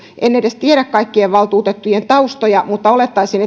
en edes tiedä kaikkien valtuutettujen taustoja mutta olettaisin